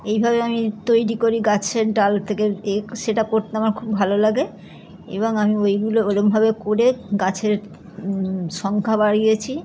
এইভাবে আমি তৈরি করি গাছের ডাল থেকে এ সেটা করতে আমার খুব ভালো লাগে এবং আমি ওইগুলো ওরকমভাবে করে গাছের সংখ্যা বাড়িয়েছি